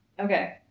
Okay